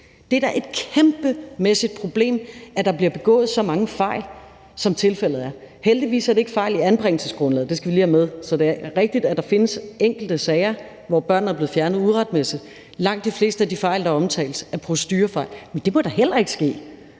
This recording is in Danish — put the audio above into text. det er da et kæmpemæssigt problem, at der bliver begået så mange fejl, som tilfældet er. Heldigvis er det ikke fejl i anbringelsesgrundlaget – det skal vi lige have med – for det er rigtigt, at der findes enkelte sager, hvor børnene er blevet fjernet uretmæssigt, men langt de fleste af de fejl, der omtales, er procedurefejl. Men de må da heller ikke ske.